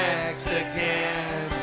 Mexican